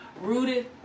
Rooted